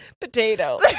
potato